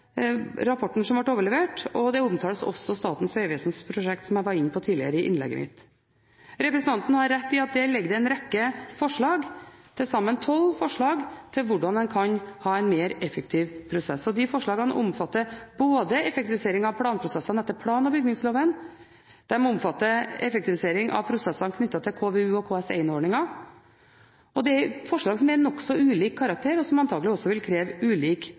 også Statens vegvesens prosjekt som jeg var inne på tidligere i innlegget mitt. Representanten har rett i at det der ligger en rekke forslag, til sammen tolv, til hvordan en kan ha en mer effektiv prosess. Disse forslagene omfatter både effektivisering av planprosessene etter plan- og bygningsloven og effektivisering av prosessene knyttet til KVU- og KS1-ordningen. Det er forslag som er av nokså ulik karakter, og som antakelig også vil kreve